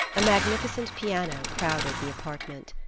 a magnificent piano crowded the apartment.